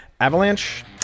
Avalanche